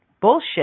bullshit